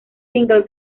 single